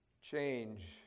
Change